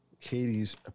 Katie's